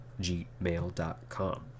gmail.com